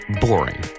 boring